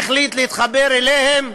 החליט להתחבר אליהם,